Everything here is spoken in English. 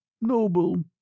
noble